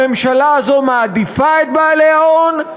הממשלה הזאת מעדיפה את בעלי ההון,